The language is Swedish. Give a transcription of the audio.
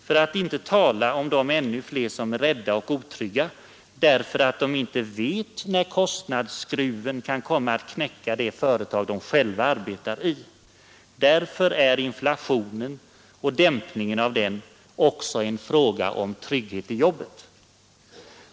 För att inte tala om de ännu fler som är rädda och otrygga, därför att de inte vet när kostnadsskruven kan komma att knäcka det företag de själva arbetar i. Därför är inflationen och dämpningen av den också en fråga om trygghet i jobbet.